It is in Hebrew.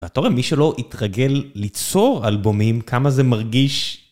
ואתה רואה מי שלא התרגל ליצור אלבומים כמה זה מרגיש?